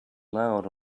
loud